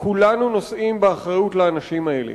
כולנו נושאים באחריות לאנשים האלה.